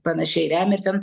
panašiai remia ten